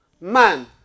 man